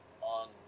on